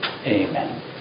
Amen